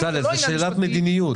בצלאל, זו שאלת מדיניות.